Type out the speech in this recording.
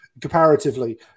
Comparatively